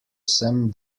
sem